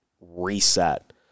reset